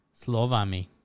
slovami